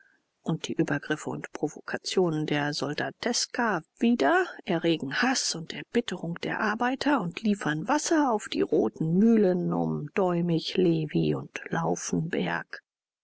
und die übergriffe und provokationen der soldateska wieder erregen haß und erbitterung der arbeiter und liefern wasser auf die roten mühlen um däumig levi und